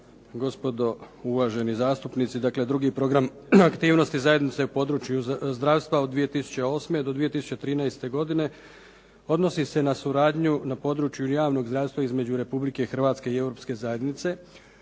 Gospodo, uvaženi zastupnici. Dakle drugi program aktivnosti zajednice u području zdravstva od 2008. do 2013. godine odnosi se na suradnju na području javnog zdravstva između Republike Hrvatske i Europske zajednice